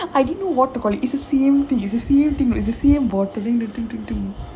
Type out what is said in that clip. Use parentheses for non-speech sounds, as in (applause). I didn't know what to call it it's the same thing it's the same thing it's the same bottling (noise)